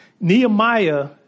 Nehemiah